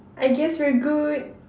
I guess we're good